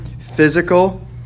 physical